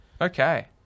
okay